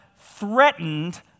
threatened